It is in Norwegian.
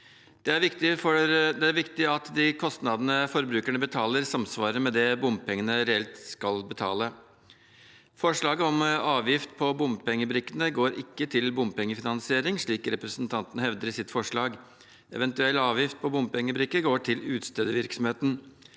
Det er viktig at de kostnadene forbrukerne betaler, samsvarer med det bompengene reelt skal dekke. Forslaget om avgift på bompengebrikkene går ikke til bompengefinansiering, slik representantene hevder i sitt forslag. Eventuell avgift på bompengebrikke går til utstedervirksomheten.